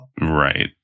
right